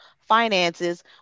finances